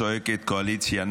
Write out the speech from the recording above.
צועקת: קואליציה,